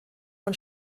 von